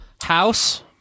House